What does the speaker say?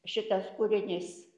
šitas kūrinys